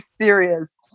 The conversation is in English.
serious